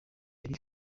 yari